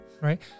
Right